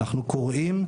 אנחנו קוראים,